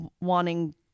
wanting